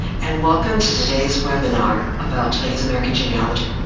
and welcome to today's webinar about chinese-american genealogy.